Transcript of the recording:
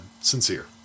sincere